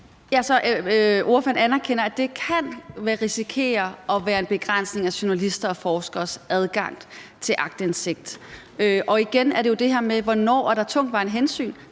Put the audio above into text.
Så ordføreren anerkender, at det kan risikere at blive en begrænsning af journalister og forskeres adgang til aktindsigt. Igen er det jo det her med, hvornår der er tungtvejende hensyn.